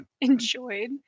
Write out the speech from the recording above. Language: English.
enjoyed